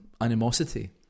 animosity